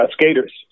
skaters